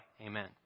amen